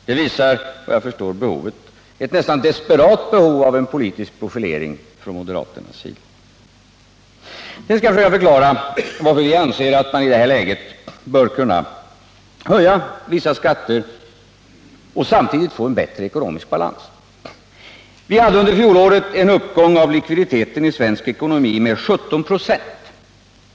Och detta visar, vad jag förstår, på ett nästan desperat behov av politisk profilering från moderat sida. Sedan skall jag försöka förklara varför vi anser att man i det här läget bör kunna höja vissa skatter och samtidigt få en bättre ekonomisk balans. Vi hade under fjolåret en uppgång av likviditeten i svensk ekonomi med 17 26.